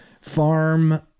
farm